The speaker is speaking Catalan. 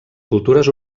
cultures